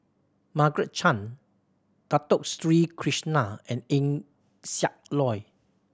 Margaret Chan Dato Sri Krishna and Eng Siak Loy